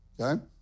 okay